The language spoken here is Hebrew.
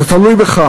זה תלוי בך